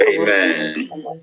Amen